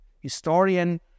historian